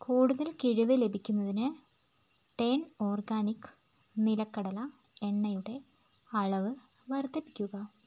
കൂടുതൽ കിഴിവ് ലഭിക്കുന്നതിന് ടേൺ ഓർഗാനിക് നിലക്കടല എണ്ണയുടെ അളവ് വർദ്ധിപ്പിക്കുക